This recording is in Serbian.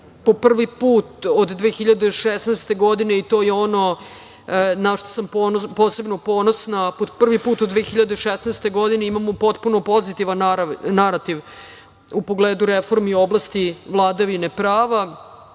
po prvi put od 2016. godine i to je ono na šta sam posebno ponosna. Po prvi put od 2016. godine imamo potpuno pozitivan narativ u pogledu reformi oblasti vladavine